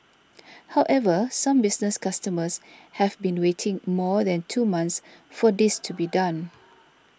however some business customers have been waiting more than two months for this to be done